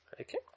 Okay